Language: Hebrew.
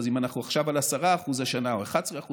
אז אם אנחנו עכשיו על 10% השנה או 11%,